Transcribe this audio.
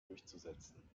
durchzusetzen